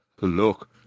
look